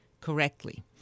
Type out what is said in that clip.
correctly